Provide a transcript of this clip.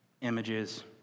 images